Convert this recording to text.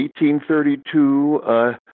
1832